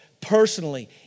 personally